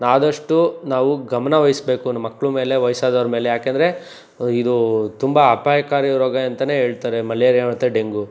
ಆದಷ್ಟು ನಾವು ಗಮನವಹಿಸ್ಬೇಕು ನಮ್ಮಕ್ಕಳು ಮೇಲೆ ವಯ್ಸಾದವ್ರ ಮೇಲೆ ಯಾಕಂದರೆ ಇದು ತುಂಬ ಅಪಾಯಕಾರಿ ರೋಗ ಅಂತ ಹೇಳ್ತಾರೆ ಮಲೇರಿಯಾ ಮತ್ತು ಡೆಂಗೂ